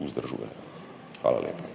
vzdržujejo? Hvala lepa.